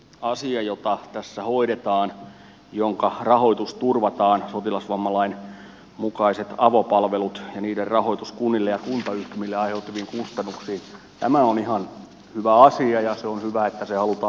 asia jota tässä hoidetaan jonka rahoitus turvataan sotilasvammalain mukaiset avopalvelut ja niiden rahoitus kunnille ja kuntayhtymille aiheutuviin kustannuksiin on ihan hyvä asia ja se on hyvä että se halutaan varmistaa